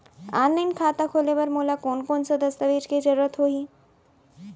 Online खाता खोले बर मोला कोन कोन स दस्तावेज के जरूरत होही?